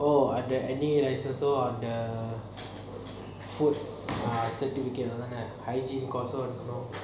no any on the food ah சேர்த்து விக்கிறது தான:seathu vikirathu thaana hygiene cost இருக்கும்:irukum